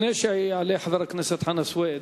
לפני שיעלה חבר הכנסת חנא סוייד,